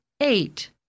eight